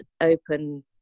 open